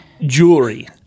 Jewelry